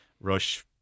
Rush